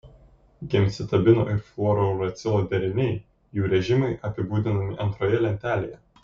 gemcitabino ir fluorouracilo deriniai jų režimai apibūdinami antroje lentelėje